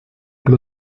que